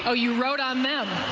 oh, you rode on them?